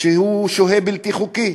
שוהה בלתי חוקי,